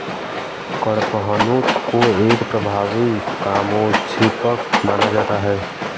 कडपहनुत को एक प्रभावी कामोद्दीपक माना जाता है